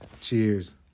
Cheers